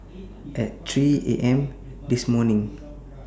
At three A M This morning